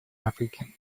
африки